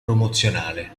promozionale